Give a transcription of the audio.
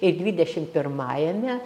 ir dvidešimt pirmajame